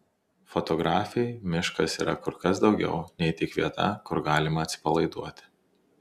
fotografei miškas yra kur kas daugiau nei tik vieta kur galima atsipalaiduoti